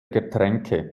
getränke